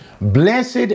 Blessed